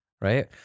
Right